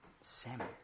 Sammy